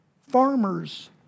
farmers